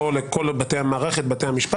או לכל בתי המשפט,